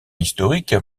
historique